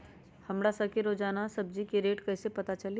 हमरा सब के रोजान सब्जी के रेट कईसे पता चली?